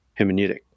hermeneutic